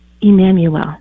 emmanuel